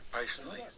Patiently